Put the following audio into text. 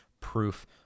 proof